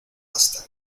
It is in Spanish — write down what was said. hasta